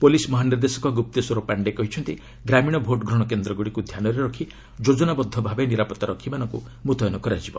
police ମହାନିର୍ଦ୍ଦେଶକ ଗୁପ୍ତେଶ୍ୱର ପାଣ୍ଡେ କହିଛନ୍ତି ଗ୍ରାମୀଣ ଭୋଟ୍ଗ୍ରହଣ କେନ୍ଦ୍ରଗୁଡ଼ିକୁ ଧ୍ୟାନରେ ରଖି ଯୋଜନାବଦ୍ଧ ଭାବେ ନିରାପଭାରକ୍ଷୀମାନଙ୍କୁ ମୁତୟନ କରାଯିବ